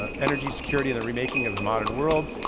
ah energy security and the remaking of the modern world.